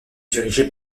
dirigé